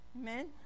Amen